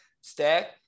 stack